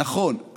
נכון,